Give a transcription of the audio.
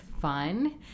fun